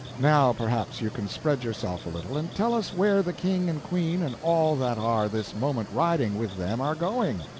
now perhaps you can spread yourself a little, and tell us where the king and queen and all that are this moment riding with them are going?